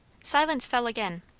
silence fell again.